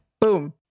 Boom